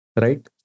Right